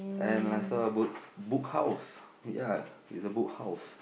and I saw a book Book House ya it's a Book House